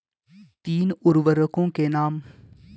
तीन उर्वरकों के नाम?